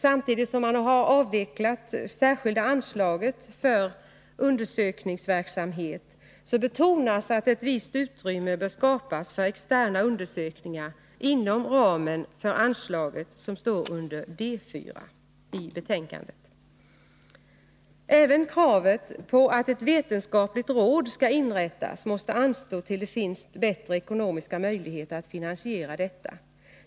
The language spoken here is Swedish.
Samtidigt som man har avvecklat det särskilda anslaget för undersökningsverksamhet så betonas att ett visst utrymme bör skapas för externa undersökningar inom ramen för anslaget under D 4 i betänkandet. Även kravet på att ett vetenskapligt råd skall inrättas måste anstå tills det finns bättre ekonomiska möjligheter att finansiera det.